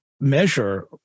measure